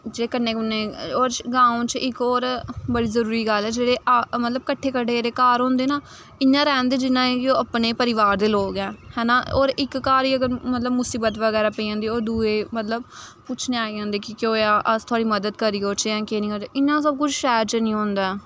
जे कन्नै कन्नै होर गांव च इक होर बड़ी जरूरी गल्ल ऐ जेह्ड़े आ मतलब कट्ठे कट्ठे जेह्ड़े घर होंदे ना इ'यां रैंह्दे जि'यां कि ओह् अपने गै परिवार दे लोग ऐं है ना होर इक घर गी अगर मतलब मुसीबत बगैरा पेई जंदी होर दुए मतलब पुच्छने गी आई जंदे कि केह् होएआ अस थुआढ़ी मदद करी ओड़चै केह् निं करचै इ'यां सब कुछ शैह्र च निं होंदा ऐ